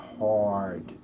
hard